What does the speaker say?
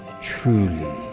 truly